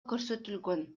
көрсөтүлгөн